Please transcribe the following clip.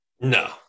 No